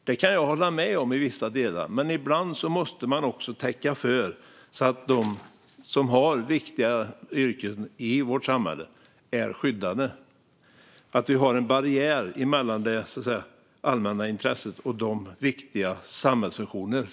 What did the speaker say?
Det kan jag hålla med om i vissa delar, men ibland måste man också täcka för så att de som har viktiga yrken i vårt samhälle är skyddade. Vi måste ha en barriär mellan det allmänna intresset och viktiga samhällsfunktioner.